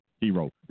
Hero